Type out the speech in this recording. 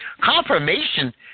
confirmation